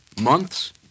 Months